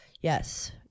yes